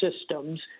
systems